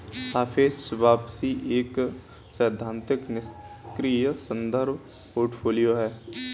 सापेक्ष वापसी एक सैद्धांतिक निष्क्रिय संदर्भ पोर्टफोलियो है